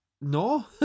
no